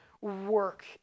work